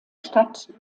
stadt